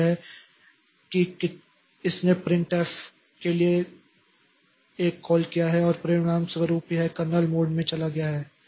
तो यह है कि इसने प्रिंट f के लिए एक कॉल किया है और परिणामस्वरूप यह कर्नेल मोड में चला गया है